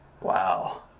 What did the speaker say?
Wow